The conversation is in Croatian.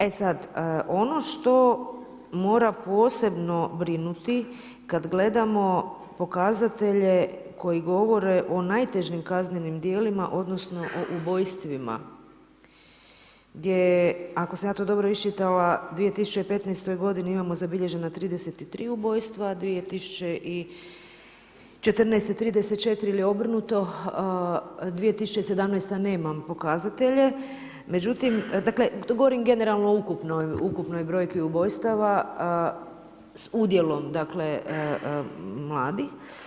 E sad, ono što mora posebno brinuti kad gledamo pokazatelje koji govore o najtežim kaznenim djelima, odnosno o ubojstvima, gdje je, ako sam ja to dobro iščitala, u 2015. imamo zabilježena 33 ubojstva, 2014. 34 ili obrnuto, 2017. nemam pokazatelje, međutim, dakle, govorim generalno o ukupnoj brojci ubojstava s udjelom dakle, mladih.